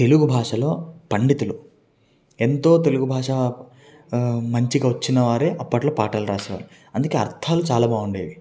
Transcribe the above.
తెలుగు భాషలో పండితులు ఎంతో తెలుగు భాష మంచిగా వచ్చిన వారే అప్పట్లో పాటలు రాసేవారు అందుకే అర్థాలు చాలా బాగుండేవి